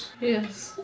Yes